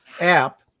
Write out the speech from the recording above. app